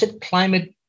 climate